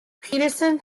peterson